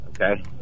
okay